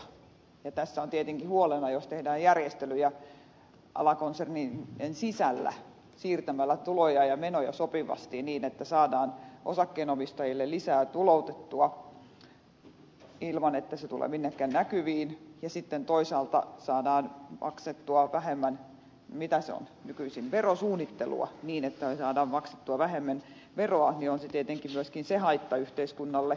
tässä on tietenkin huolena se että jos tehdään järjestelyjä alakonsernien sisällä siirtämällä tuloja ja menoja sopivasti niin että saadaan osakkeenomistajille lisää tuloutettua ilman että se tulee minnekään näkyviin ja sitten toisaalta saadaan maksettua vähemmän veroa mitä se on nykyisin verosuunnittelua niin on se tietenkin myöskin haitta yhteiskunnalle